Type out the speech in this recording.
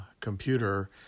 computer